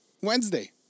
Wednesday